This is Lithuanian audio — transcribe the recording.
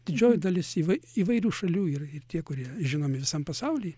didžioji dalis įvai įvairių šalių ir ir tie kurie žinomi visam pasauly